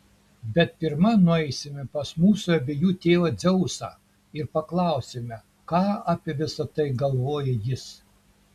bet pirma nueisime pas mūsų abiejų tėvą dzeusą ir paklausime ką apie visa tai galvoja jis